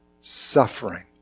suffering